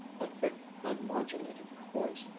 a thick, unmodulated voice,